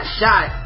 shot